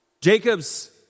Jacob's